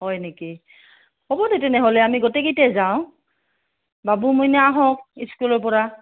হয় নেকি হ'ব দে তেনেহ'লে আমি গোটেইকেইটা যাওঁ বাবু মইনা আহক স্কুলৰ পৰা